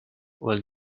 will